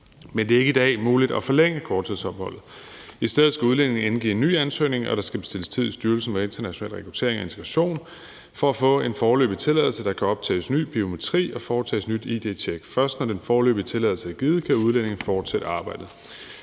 Men det er i dag ikke muligt at forlænge korttidsopholdet. I stedet skal udlændingen indgive en ny ansøgning, og der skal bestilles tid i Styrelsen for International Rekruttering og Integration for at få en foreløbig tilladelse, hvor der kan optages ny biometri og foretages et nyt id-tjek, og først når den foreløbige tilladelse er givet, kan udlændingen fortsætte arbejdet.